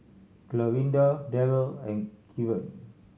Clarinda Daryl and Keven